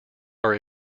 are